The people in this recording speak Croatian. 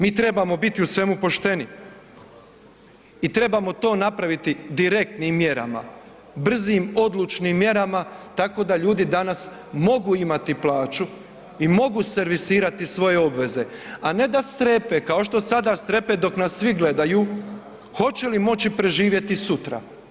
Mi trebamo biti u svemu pošteni i trebamo to napraviti direktnim mjerama, brzim, odlučnim mjerama tako da ljudi danas mogu imati plaću i mogu servisirati svoje obveze, a ne da strepe kao što sada strepe dok nas svi gledaju hoće li moći preživjeti sutra.